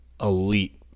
elite